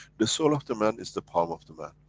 the soul of the man is the palm of the man,